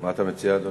מה אתה מציע, אדוני?